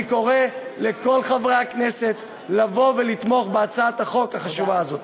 אני קורא לכל חברי הכנסת לבוא ולתמוך בהצעת החוק החשובה הזאת.